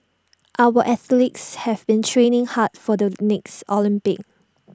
our athletes have been training hard for the next Olympics